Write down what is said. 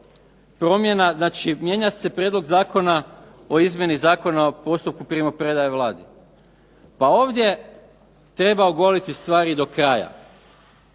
znači mijenja se Prijedlog zakona o izmjeni Zakona o postupku primopredaje Vladi. Pa ovdje treba ogoliti stvari do kraja.